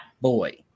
boy